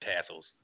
tassels